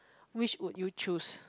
which would you choose